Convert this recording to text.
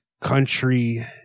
country